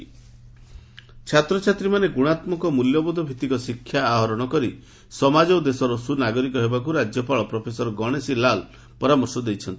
ରାଜ୍ୟପାଳ ଛାତ୍ରଛାତ୍ରୀମାନେ ଗୁଶାମ୍କ ଓ ମୂଲ୍ୟବୋଧଭିଭିକ ଶିକ୍ଷା ଆହରଣ କରି ସମାଜ ଓ ଦେଶର ସ୍ବନାଗରିକ ହେବାକୁ ରାଜ୍ୟପାଳ ପ୍ରଫେସର ଗଣେଶୀଲାଲ ପରାମର୍ଶ ଦେଇଛନ୍ତି